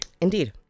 Indeed